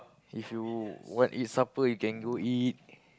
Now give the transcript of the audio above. if you want eat supper you can go eat